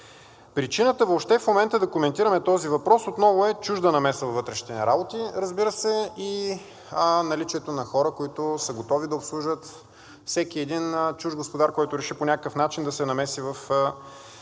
Причината въобще в момента да коментираме този въпрос отново е чужда намеса във вътрешните ни работи, разбира се, и наличието на хора, които са готови да обслужат всеки един чужд господар, който реши по някакъв начин да се намеси в нашите